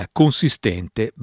consistente